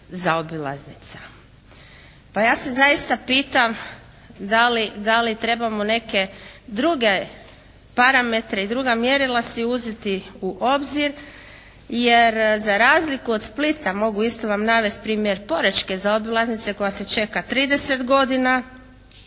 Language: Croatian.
zaobilaznica. Pa ja se zaista pitam da li trebamo neke druge parametre i druga mjerila si uzeti u obzir jer za razliku od Split mogu isto vam navesti primjer porečke zaobilaznice koja se čeka trideset